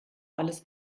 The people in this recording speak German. alles